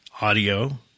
audio